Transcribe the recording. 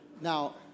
Now